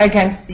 against the